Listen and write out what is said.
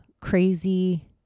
crazy